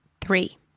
Three